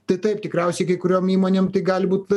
tai taip tikriausiai kai kuriom įmonėm gali būti